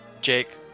Jake